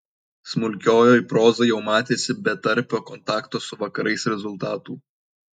smulkiojoj prozoj jau matėsi betarpio kontakto su vakarais rezultatų